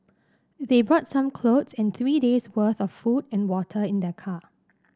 they brought some clothes and three days' worth of food and water in their car